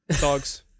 dogs